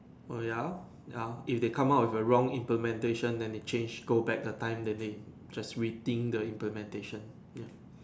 oh ya ya if they come out with a wrong implementation then they change go back the time then they just waiting the implementation